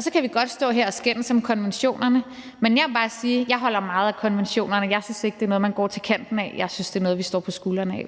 Så kan vi godt stå her og skændes om konventionerne, men jeg må bare sige, at jeg holder meget af konventionerne. Jeg synes ikke, det er noget, man går til kanten af. Jeg synes, det er noget, vi står på skuldrene af.